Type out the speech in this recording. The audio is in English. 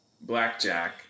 Blackjack